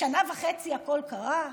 בשנה וחצי הכול קרה?